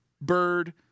bird